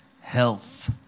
health